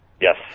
Yes